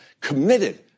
committed